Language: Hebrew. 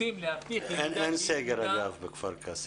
אין סגר בכפר קאסם.